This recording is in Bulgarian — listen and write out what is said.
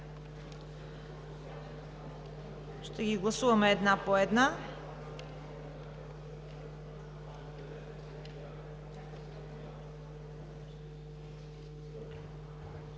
Ще ги гласуваме една по една.